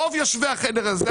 רוב יושבי החדר הזה,